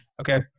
okay